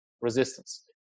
resistance